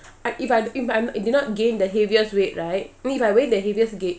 ya I mean like at the same time I if I if I'm I did not gain the heaviest weight right means I weigh the heaviest ga~